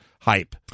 hype